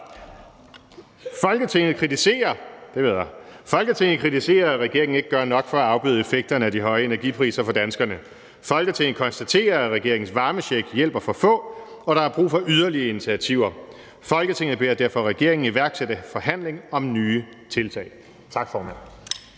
»Folketinget kritiserer, at regeringen ikke gør nok for at afbøde effekterne af de høje energipriser for danskerne. Folketinget konstaterer, at regeringens varmecheck hjælper for få, og at der er brug for yderligere initiativer. Folketinget beder derfor regeringen iværksætte forhandling om nye tiltag«.